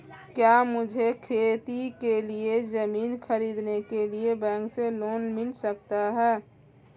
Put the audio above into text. क्या मुझे खेती के लिए ज़मीन खरीदने के लिए बैंक से लोन मिल सकता है?